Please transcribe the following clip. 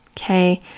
okay